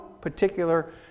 particular